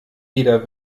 jeder